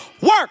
work